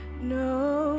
No